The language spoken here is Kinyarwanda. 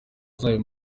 zayo